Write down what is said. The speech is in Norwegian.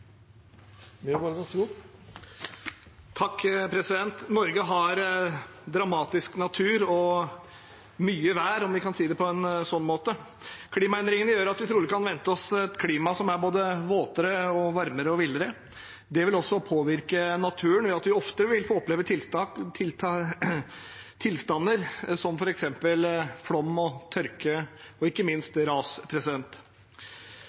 mye vær, om vi kan si det på en sånn måte. Klimaendringene gjør at vi trolig kan vente oss et klima som er både våtere, varmere og villere. Det vil også påvirke naturen ved at vi oftere vil oppleve tilstander som f.eks. flom og tørke, og ikke minst